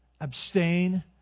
abstain